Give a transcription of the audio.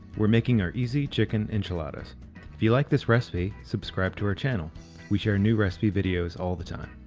we're making our easy chicken enchiladas. if you like this recipe, subscribe to our channel we share new recipe videos all the time.